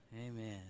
Amen